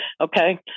okay